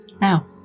now